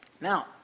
Now